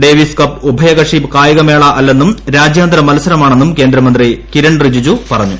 Davis Cup ഉഭയകക്ഷി കായികമേള അല്ലെന്നും രാജ്യാന്തര മത്സരമാണെന്നും കേന്ദ്രമന്ത്രി ്കിരൺ റിജിജു പറഞ്ഞു